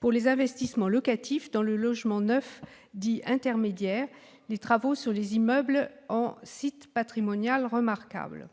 pour les investissements locatifs dans le logement neuf dit « intermédiaire », les travaux sur les immeubles en site patrimonial remarquable,